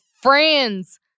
friend's